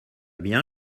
bien